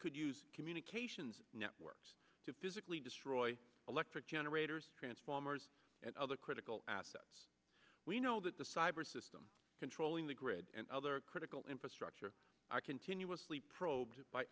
could use communications networks to physically destroy electric generators transformers and other critical assets we know that the cyber system controlling the grid and other critical infrastructure are continuously probed by